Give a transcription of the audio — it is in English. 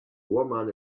woman